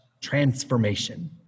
transformation